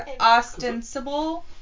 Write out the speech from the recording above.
ostensible